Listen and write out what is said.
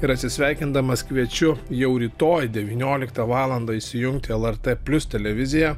ir atsisveikindamas kviečiu jau rytoj devynioliktą valandą įsijungti lrt plius televiziją